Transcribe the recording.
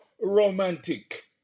romantic